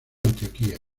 antioquia